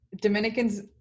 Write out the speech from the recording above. Dominicans